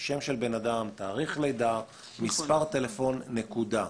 שם של אדם, תאריך לידה ומספר טלפון בלבד.